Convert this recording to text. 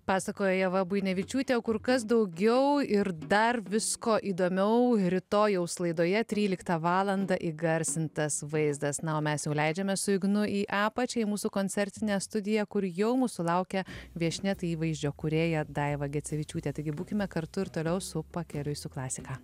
pasakoja ieva buinevičiūtė kur kas daugiau ir dar visko įdomiau rytojaus laidoje tryliktą valandą įgarsintas vaizdas na o mes jau leidžiamės su ignu į apačią į mūsų koncertinę studiją kur jau mūsų laukia viešnia tai įvaizdžio kūrėja daiva gecevičiūtė taigi būkime kartu ir toliau su pakeliui su klasika